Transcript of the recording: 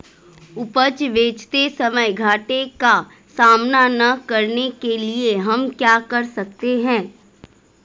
उपज बेचते समय घाटे का सामना न करने के लिए हम क्या कर सकते हैं?